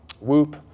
whoop